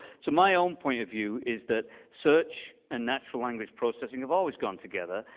so my own point of view is that search and natural language processing have always gone together.